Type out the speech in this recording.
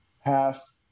half